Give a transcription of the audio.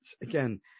again